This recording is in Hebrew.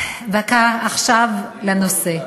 עכשיו לנושא.